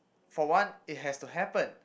for one it has to happen